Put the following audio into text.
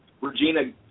Regina